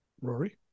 rory